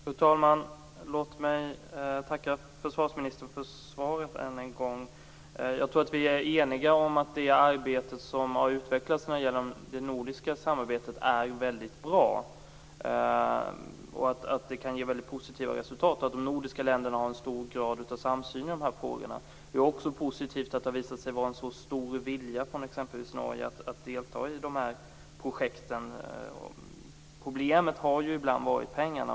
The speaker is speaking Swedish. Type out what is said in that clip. Fru talman! Låt mig än en gång tacka försvarsministern för svaret. Jag tror att vi är eniga om att det arbete som utvecklats inom det nordiska samarbetet är väldigt bra och att det kan ge väldigt positiva resultat. De nordiska länderna har en stor grad av samsyn i dessa frågor. Det är också positivt att det har visat sig finnas en så stor vilja från exempelvis Norge att delta i projekten. Problemet har ibland varit pengarna.